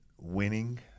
winning